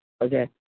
Okay